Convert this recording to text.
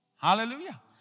Hallelujah